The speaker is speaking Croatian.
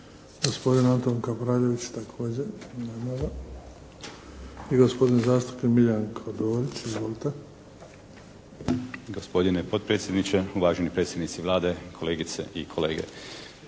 Gospodin Antun Kapraljević. Također, nema ga. I gospodin zastupnik Miljenko Dorić. Izvolite. **Dorić, Miljenko (HNS)** Gospodine potpredsjedniče, uvaženi predsjednici Vlade, kolegice i kolege.